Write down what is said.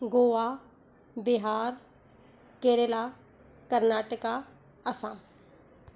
Goa Bihar Kerala Karnataka Assam